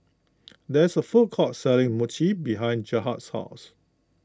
there is a food court selling Mochi behind Gerhard's house